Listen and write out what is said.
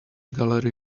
gallery